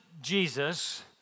Jesus